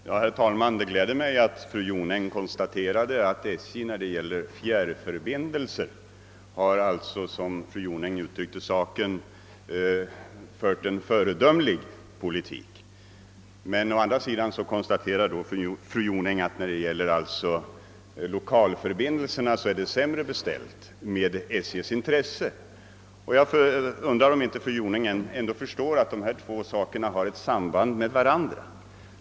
Herr talman! Det gläder mig att fru Jonäng anser att SJ när det gäller fjärrförbindelser har fört, som hon uttryckte sig, en föredömlig politik. Å andra sidan konstaterade hon att det är sämre beställt med SJ:s intresse då det gäller lokalförbindelserna. Jag undrar om fru Jonäng ändå inte förstår att dessa två saker har ett samband med varandra.